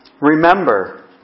remember